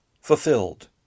fulfilled